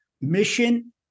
mission